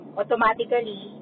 automatically